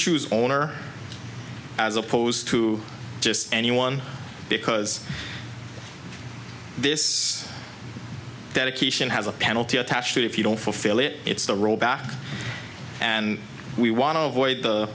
choose owner as opposed to just anyone because this dedication has a penalty attached if you don't fulfill it it's the roll back and we want to avoid the